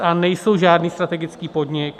ČSA nejsou žádný strategický podnik.